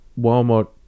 walmart